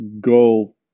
go